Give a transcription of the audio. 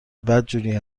بدجوری